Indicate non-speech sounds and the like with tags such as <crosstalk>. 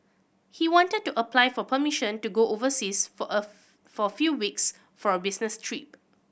he wanted to apply for permission to go overseas for a <unintelligible> for few weeks from business trip